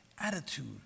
Attitude